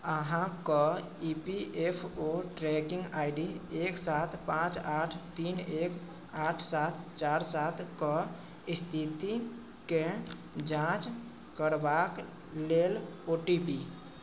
अहाँके E P F O tracking I D एक सात पाँच आठ तीन एक आठ सात चारि सातके स्थितिके जाँच करबाके लेल ओ टी पी